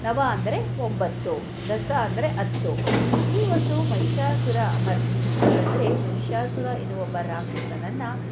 ನವ ಅಂದರೆ ಒಂಬತ್ತು ದಸ ಅಂದರೆ ಹತ್ತು ಈ ಒಂದು ಮಹಿಷಾಸುರ ಮರ್ದಿನಿ ಅಂತಂದರೆ ಮಹಿಷಾಸುರ ಎನ್ನುವ ಒಬ್ಬ ರಾಕ್ಷಸನನ್ನು